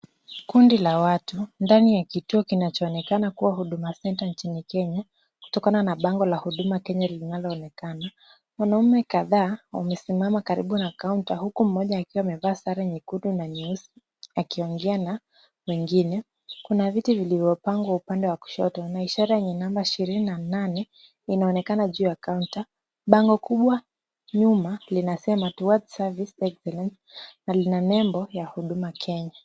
Kundi la watu, ndani ya kituo kinachonekana kuwa huduma center nchini Kenya, kutokana na bango la huduma Kenya linalo onekana, wanaume kadhaa wamesimama karibu na counter na huku mmoja akiwa amevaa sare nyekundu nya nyeupe, akiongea na wengine, kuna vitu vilivyopangwa upande wa kushoto na ishara ya number 28 inaonekana juu ya counter , bango kubwa, nyuma, linasema to what service safe again, na lina nembo ya huduma Kenya.